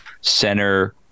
center